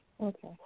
Okay